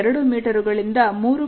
2 metre ಗಳಿಂದ 3